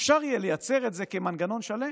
אפשר יהיה לייצר את זה כמנגנון שלם,